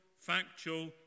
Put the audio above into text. factual